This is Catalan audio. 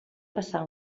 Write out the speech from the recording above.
passar